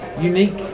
unique